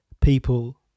people